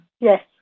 Yes